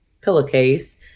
pillowcase